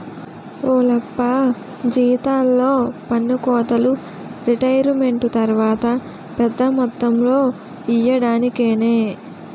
ఓలప్పా జీతాల్లో పన్నుకోతలు రిటైరుమెంటు తర్వాత పెద్ద మొత్తంలో ఇయ్యడానికేనే